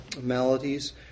maladies